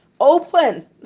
open